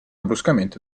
bruscamente